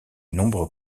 nombreux